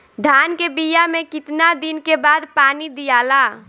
धान के बिया मे कितना दिन के बाद पानी दियाला?